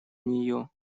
нее